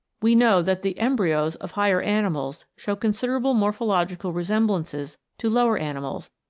we know that the embryos of higher animals show considerable morphological re semblances to lower animals,